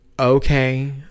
okay